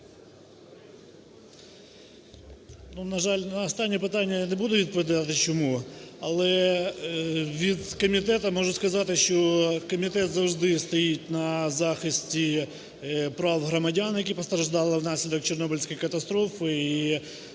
на жаль, на останнє питання я не буду відповідати, чому. Але від комітету можу сказати, що комітет завжди стоїть на захисті прав громадян, які постраждали внаслідок Чорнобильської катастрофи,